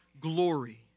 glory